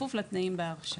בכפוף לתנאים בהרשאה.